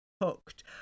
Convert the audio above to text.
hooked